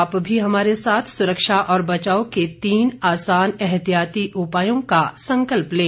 आप भी हमारे साथ सुरक्षा और बचाव के तीन आसान एहतियाती उपायों का संकल्प लें